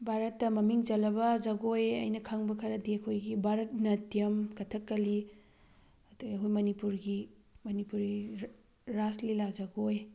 ꯚꯥꯔꯠꯇ ꯃꯃꯤꯡ ꯆꯠꯂꯕ ꯖꯒꯣꯏ ꯑꯩꯅ ꯈꯪꯕ ꯈꯔꯗꯤ ꯑꯈꯣꯏꯒꯤ ꯚꯥꯔꯠ ꯅꯥꯇꯤꯌꯝ ꯀꯊꯛꯀꯂꯤ ꯑꯗꯨꯗꯩ ꯑꯩꯈꯣꯏ ꯃꯅꯤꯄꯨꯔꯒꯤ ꯃꯅꯤꯄꯨꯔꯤ ꯔꯥꯖ ꯂꯤꯂꯥ ꯖꯒꯣꯏ